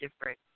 different